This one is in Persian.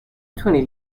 توانید